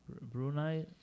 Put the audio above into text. Brunei